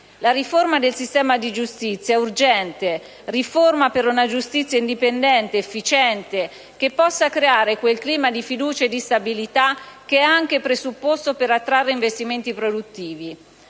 La riforma del sistema di giustizia è urgente: riforma per una giustizia indipendente, efficiente, che possa creare quel clima di fiducia e di stabilità che è anche il presupposto per attrarre investimenti produttivi.